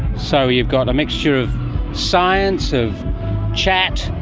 so you've got a mixture of science, of chat,